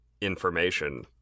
information